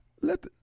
let